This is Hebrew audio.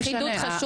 לא, חידוד חשוב.